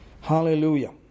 Hallelujah